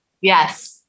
yes